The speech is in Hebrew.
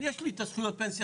לכן, יש לי את הזכויות האלה.